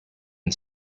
and